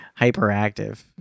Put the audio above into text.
hyperactive